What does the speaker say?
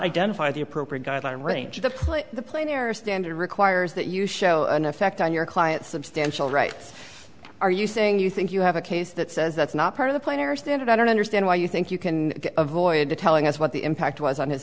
identify the appropriate guideline range of the plane the plane or a standard requires that you show an effect on your client substantial rights are you saying you think you have a case that says that's not part of the plan or standard i don't understand why you think you can avoid telling us what the impact was on his